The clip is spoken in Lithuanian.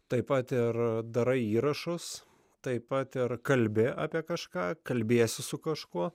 taip pat ir darai įrašus taip pat ar kalbi apie kažką kalbiesi su kažkuo